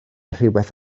rhywbeth